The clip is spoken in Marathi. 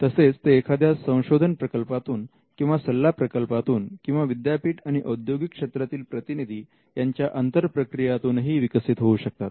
तसेच ते एखाद्या संशोधन प्रकल्पातून किंवा सल्ला प्रकल्पातून किंवा विद्यापीठ आणि औद्योगिक क्षेत्रातील प्रतिनिधी यांच्या अंतरप्रक्रियातून ही विकसित होऊ शकतात